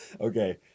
Okay